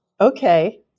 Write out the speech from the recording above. Okay